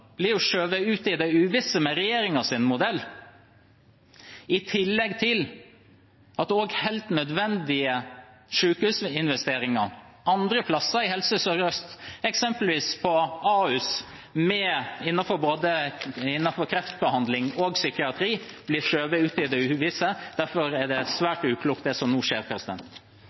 blir skjøvet ut i det uvisse med regjeringens modell. I tillegg blir helt nødvendige sykehusinvesteringer andre steder i Helse Sør-Øst, eksempelvis på Ahus, innenfor både kreftbehandling og psykiatri, skjøvet ut i det uvisse. Derfor er det svært uklokt, det som nå skjer.